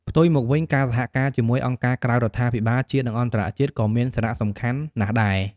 ផ្ទុយមកវិញ ការសហការជាមួយអង្គការក្រៅរដ្ឋាភិបាល ជាតិ និងអន្តរជាតិ ក៏មានសារៈសំខាន់ណាស់ដែរ។